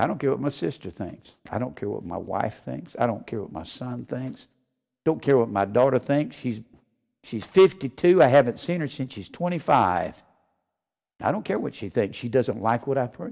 i don't get my sister things i don't care what my wife thinks i don't care what my son things don't care what my daughter thinks he's she's fifty two i haven't seen her since she's twenty five i don't care what she thinks she doesn't like what